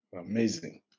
Amazing